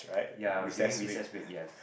ya during recess break yes